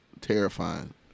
Terrifying